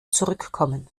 zurückkommen